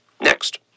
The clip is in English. Next